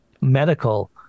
medical